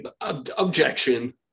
objection